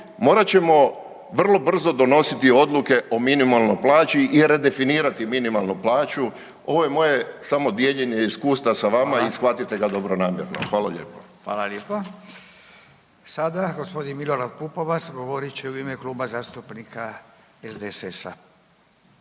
morat ćemo vrlo brzo donositi odluke o minimalnoj plaći i redefinirati minimalnu plaću. Ovo je moje samo dijeljenje iskustva sa vama i shvatite ga dobronamjerno. Hvala lijepo. **Radin, Furio (Nezavisni)** Hvala lijepa. Sada g. Milorad Pupovac, govorit će u ime Kluba zastupnika SDSS-a.